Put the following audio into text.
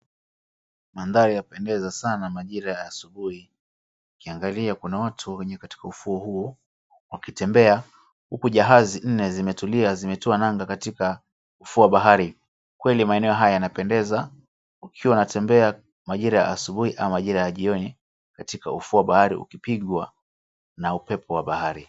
Mandhari yapendeza sana majira ya asubuhi. Ukiangalia kuna watu wenye katika ufuo huo wakitembea huku jahazi nne zimetulia zimetoa nanga katika ufuo wa bahari. Kweli maeneo haya yanapendeza ukiwa unatembea majira ya asubuhi ama majira ya jioni katika ufuo wa bahari ukipigwa na upepo wa bahari.